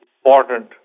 important